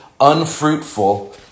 unfruitful